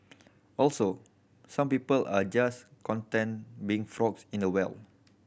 also some people are just content being frogs in a well